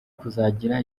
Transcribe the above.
kuzagira